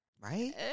Right